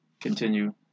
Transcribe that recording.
continue